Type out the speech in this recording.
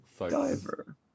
Diver